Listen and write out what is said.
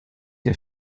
der